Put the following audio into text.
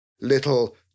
little